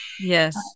Yes